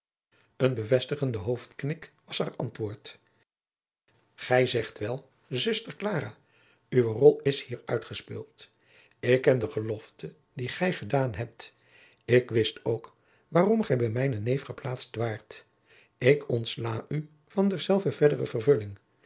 een bevestigende hoofdknik was haar antwoord jacob van lennep de pleegzoon gij zegt wel zuster klara uw rol is hier uitgespeeld ik ken de gelofte die gij gedaan hebt ik wist ook waarom gij bij mijnen neef geplaatst waart ik ontsla u van derzelver verdere vervulling